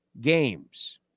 games